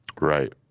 Right